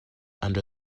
under